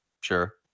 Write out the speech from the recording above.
sure